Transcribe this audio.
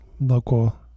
local